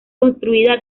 construida